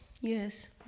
Yes